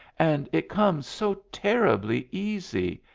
and it comes so terribly easy.